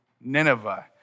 Nineveh